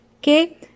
Okay